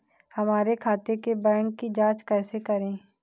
हमारे खाते के बैंक की जाँच कैसे करें?